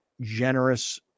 generous